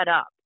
up